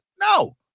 No